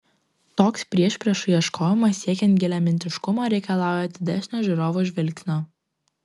toks priešpriešų ieškojimas siekiant giliamintiškumo reikalauja atidesnio žiūrovo žvilgsnio